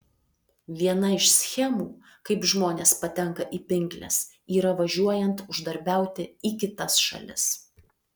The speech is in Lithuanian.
viena iš schemų kaip žmonės patenka į pinkles yra važiuojant uždarbiauti į kitas šalis